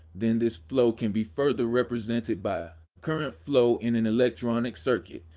then this flow can be further represented by a current flow in an electronic circuit,